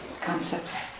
concepts